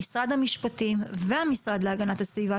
משרד המשפטים והמשרד להגנת הסביבה,